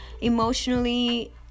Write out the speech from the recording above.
emotionally